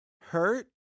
Hurt